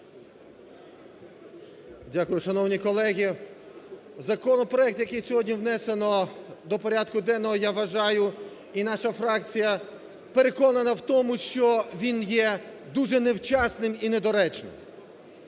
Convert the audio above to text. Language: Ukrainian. Дякую. Шановні колеги, законопроект, який сьогодні внесено до порядку денного, я вважаю, і наша фракція переконана в тому, що він є дуже невчасним і недоречним.